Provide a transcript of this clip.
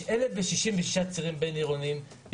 יש 1,066 צירים בין-עירוניים,